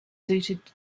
suited